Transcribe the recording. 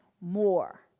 more